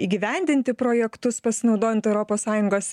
įgyvendinti projektus pasinaudojant europos sąjungos